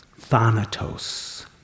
Thanatos